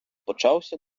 почався